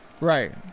Right